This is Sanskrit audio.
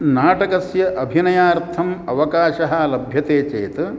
नाटकस्य अभिनयार्थम् अवकाशः लभ्यते चेत्